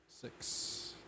Six